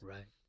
Right